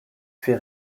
fait